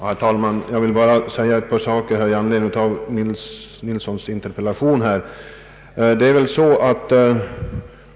Herr talman! Jag vill bara säga några ord i anledning av herr Nils Nilssons interpellationer.